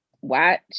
watch